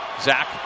Zach